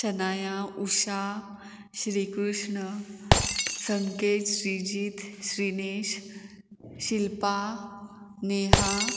Shanaya Usha Shrikrishna Sanket Shrijeet Shrinesh Shilpa Neha